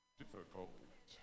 difficult